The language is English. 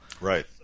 Right